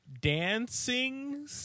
dancing